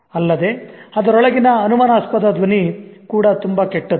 ಅಲ್ಲದೆ ಅದರೊಳಗಿನ ಅನುಮಾನಾಸ್ಪದ ಧ್ವನಿ ಕೂಡ ತುಂಬಾ ಕೆಟ್ಟದ್ದು